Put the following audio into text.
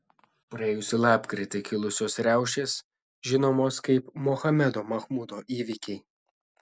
praėjusį lapkritį kilusios riaušės žinomos kaip mohamedo mahmudo įvykiai